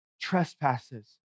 trespasses